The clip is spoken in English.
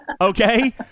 Okay